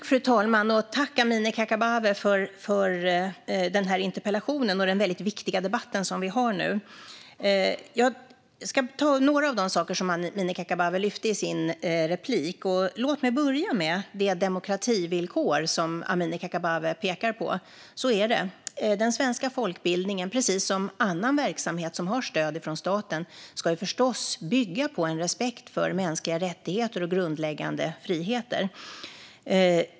Fru talman! Jag vill tacka Amineh Kakabaveh för interpellationen och för den här viktiga debatten. Jag ska ta upp några av de saker som Amineh Kakabaveh lyfte upp i sitt inlägg. Låt mig börja med det demokrativillkor som Amineh Kakabaveh pekar på. Det är på det sättet; den svenska folkbildningen ska, precis som annan verksamhet som har stöd från staten, förstås bygga på respekt för mänskliga rättigheter och grundläggande friheter.